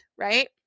right